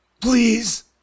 Please